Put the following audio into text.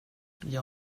jag